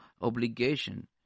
obligation